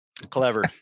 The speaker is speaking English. Clever